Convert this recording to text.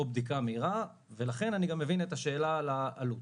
או בדיקה מהירה ולכן אני גם מבין את השאלה על העלות.